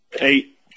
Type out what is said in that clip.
Eight